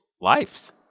lives